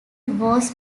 was